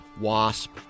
Wasp